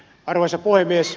arvoisa puhemies